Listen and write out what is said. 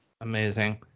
Amazing